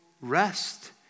rest